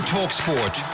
TalkSport